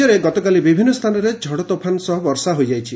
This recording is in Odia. ବଜ୍ରପାତ ରାକ୍ୟରେ ଗତକାଲି ବିଭିନ୍ନ ସ୍ଚାନରେ ଝଡ଼ତୋଫାନ ସହ ବର୍ଷା ହୋଇଯାଇଛି